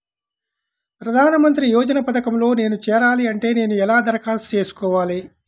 ప్రధాన మంత్రి యోజన పథకంలో నేను చేరాలి అంటే నేను ఎలా దరఖాస్తు చేసుకోవాలి?